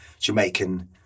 Jamaican